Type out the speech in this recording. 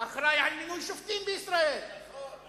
אחראי למינוי שופטים בישראל, נכון.